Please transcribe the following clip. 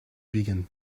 vegan